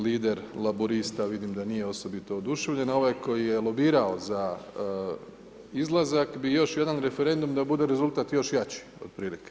Lider Laburista vidim da nije osobito oduševljen, a ovaj koji je lobirao za izlazak bi još jedan referendum da bude rezultat još jači otprilike.